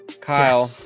kyle